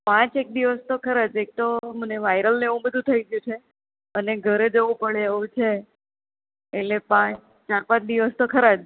પાંચ એક દિવસ તો ખરા એક તો મને વાઇરલ ને એવું બધું થઈ ગયું અને ઘરે જવું પડે એવું છે એટલે પણ ચાર પાંચ દિવસ તો ખરા જ